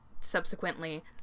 subsequently